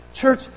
Church